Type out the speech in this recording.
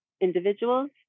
individuals